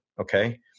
Okay